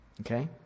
Okay